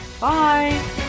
bye